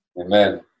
Amen